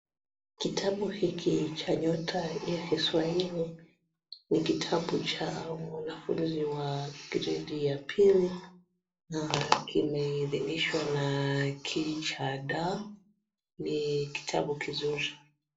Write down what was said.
Kitabu hiki cha Nyota ya Kiswahili ni kitabu cha Mwanafunzi wa Gredi ya pili na kimeidhinishwa na KICD, ni kitabu kizuri.